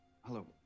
Hello